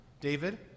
David